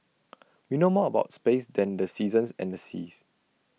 we know more about space than the seasons and the seas